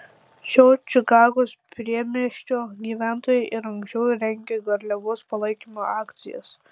šio čikagos priemiesčio gyventojai ir anksčiau rengė garliavos palaikymo akcijas